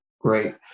great